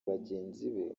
bagenzi